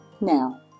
Now